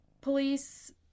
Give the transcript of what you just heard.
police